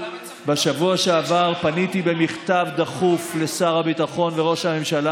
בשבוע שעבר פניתי במכתב דחוף לשר הביטחון וראש הממשלה